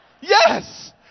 Yes